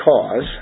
cause